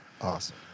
Awesome